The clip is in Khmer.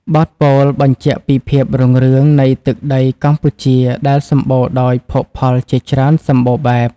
បទពោលបញ្ជាក់ពីភាពរុងរឿងនៃទឹកដីកម្ពុជាដែលសម្បូរដោយភោគផលជាច្រើនសម្បូរបែប។